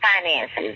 finances